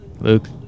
Luke